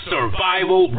Survival